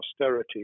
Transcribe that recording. austerity